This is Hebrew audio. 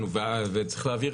אז אני אומר לך שכן,